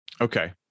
Okay